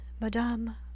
Madame